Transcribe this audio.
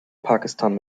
pakistan